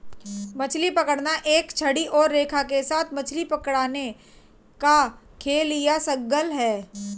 मछली पकड़ना एक छड़ी और रेखा के साथ मछली पकड़ने का खेल या शगल है